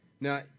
Now